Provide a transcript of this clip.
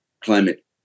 climate